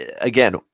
again